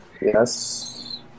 Yes